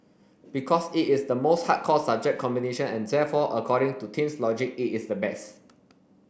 because it is the most hardcore subject combination and therefore according to teens logic it is the best